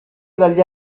dagli